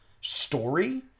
story